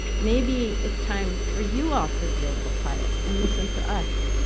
maybe it's time for you all to be a little quiet and listen to us,